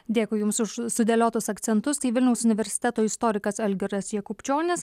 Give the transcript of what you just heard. dėkui jums už sudėliotus akcentus tai vilniaus universiteto istorikas algirdas jakubčionis